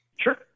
Sure